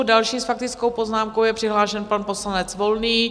Další s faktickou poznámkou je přihlášen pan poslanec Volný.